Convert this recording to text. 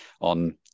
on